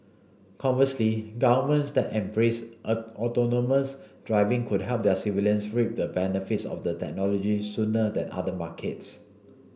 conversely governments that embrace autonomous driving could help their civilians reap the benefits of the technology sooner than other markets